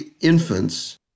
infants